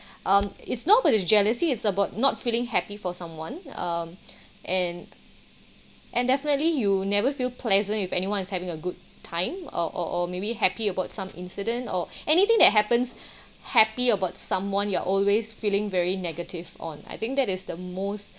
um it's not about the jealousy it's about not feeling happy for someone um and and definitely you never feel pleasant if anyone is having a good time or or or maybe happy about some incident or anything that happens happy about someone you're always feeling very negative on I think that is the most